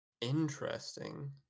Interesting